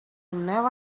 never